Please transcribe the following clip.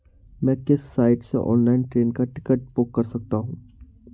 मैं किस साइट से ऑनलाइन ट्रेन का टिकट बुक कर सकता हूँ?